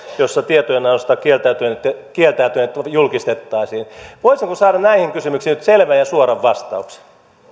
jossa tietojen annosta kieltäytyneet kieltäytyneet julkistettaisiin voisinko saada näihin kysymyksiin nyt selvän ja suoran vastauksen